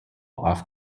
off